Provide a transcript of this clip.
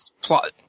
plot